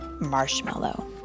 Marshmallow